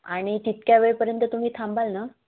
आणि तितक्या वेळपर्यंत तुम्ही थांबाल ना